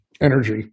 energy